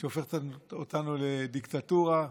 שהופכת אותנו לדיקטטורה,